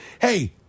hey